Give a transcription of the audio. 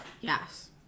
Yes